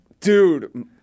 Dude